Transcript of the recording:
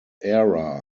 era